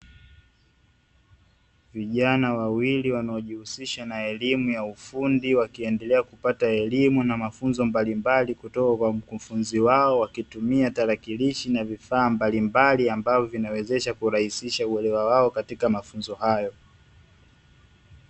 Vijana wawili wanaojihusisha na elimu ya ufundi, wakiendelea kupata mafunzo mbalimbali kutoka kwa mkufunzi wao, wakitumia tarakirishi na vifaa mbalimbali vinavyowasaidia kurahisisha uelewa wao katika mafunzo hayo.